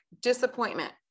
disappointment